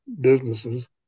businesses